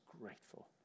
grateful